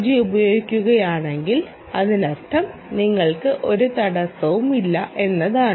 G ഉപയോഗിക്കുകയാണെങ്കിൽ അതിനർത്ഥം നിങ്ങൾക്ക് ഒരു തടസ്സവുമില്ല എന്നതാണ്